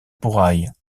pouraille